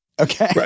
Okay